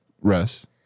Rest